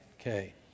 Okay